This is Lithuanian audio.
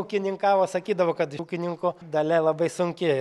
ūkininkavo sakydavo kad ūkininko dalia labai sunki